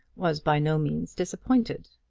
was by no means disappointed.